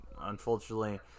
unfortunately